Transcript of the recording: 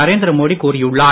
நரேந்திர மோடி கூறியுள்ளார்